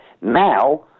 now